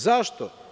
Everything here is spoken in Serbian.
Zašto?